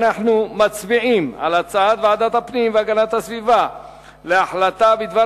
אנחנו מצביעים על הצעת ועדת הפנים והגנת הסביבה להחלטה בדבר